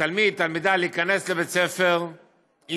מתלמיד או תלמידה להיכנס לבית ספר אם